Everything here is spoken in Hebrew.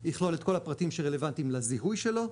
הוא יכלול את כל הפרטים שרלוונטיים לזיהוי שלו,